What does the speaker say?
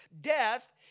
death